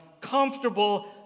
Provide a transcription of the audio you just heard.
comfortable